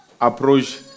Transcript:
approach